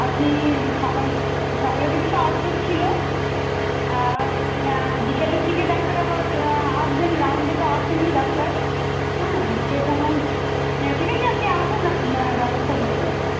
আপনি সকাল সকালের দিকে তো আউটডোর ছিলো আর আ বিকলের দিকে ডাক্তার আবার আসবেন রাউন্ডে তো আসে নি ডাক্তার হ্যাঁ সেই সময় ঠিক আছে আপনি আসুন না ব্যবস্থা হয়ে যাবে